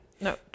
No